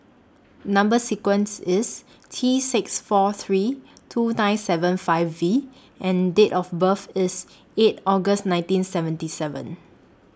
Number sequence IS T six four three two nine seven five V and Date of birth IS eight August nineteen seventy seven